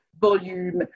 volume